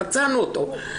מצאנו אותו,